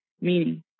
meaning